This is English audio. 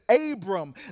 Abram